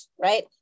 right